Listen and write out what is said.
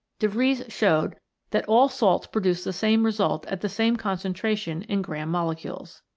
de vries showed that all salts produce the same result at the same concentration in gramm molecules.